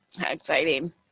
Exciting